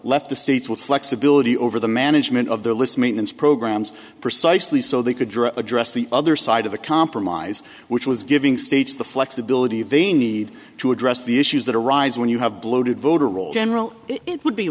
left the states with flexibility over the management of the list maintenance programs precisely so they could draw address the other side of the compromise which was giving states the flexibility they need to address the issues that arise when you have bloated voter rolls general it would be